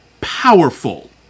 powerful